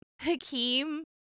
Hakeem